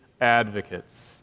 advocates